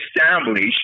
establish